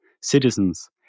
citizens